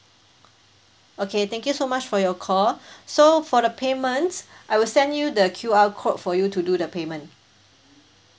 okay thank you so much for your call so for the payments I will send you the Q_R code for you to do the payment